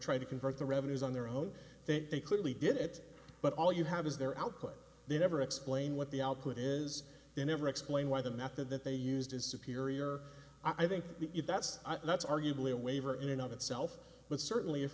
trying to convert the revenues on their own that they clearly did it but all you have is their output they never explain what the output is they never explain why the method that they used is superior i think that's that's arguably a waiver in and of itself but certainly if